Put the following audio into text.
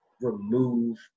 remove